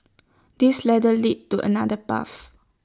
this ladder leads to another path